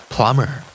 Plumber